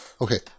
Okay